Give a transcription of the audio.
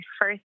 first